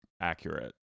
accurate